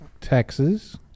Texas